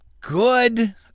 good